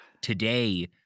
today